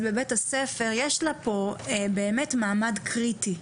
בבית הספר יש לה פה באמת מעמד קריטי.